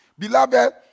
Beloved